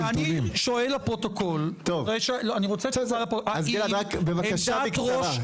אז גלעד, בבקשה בקצרה.